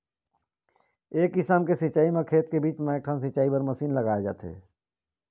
ए किसम के सिंचई म खेत के बीच म एकठन सिंचई बर मसीन लगाए जाथे